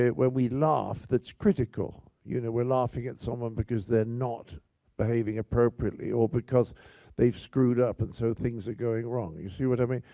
when we laugh that's critical. you know. we're laughing at someone because they're not behaving appropriately or because they screwed up and so things are going wrong. you see what i mean?